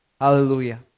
Hallelujah